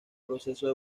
procesos